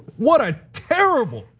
what a terrible,